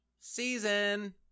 Season